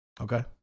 Okay